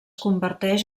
converteix